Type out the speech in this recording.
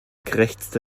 krächzte